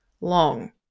long